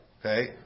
Okay